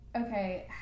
Okay